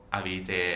avete